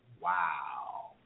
wow